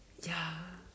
ya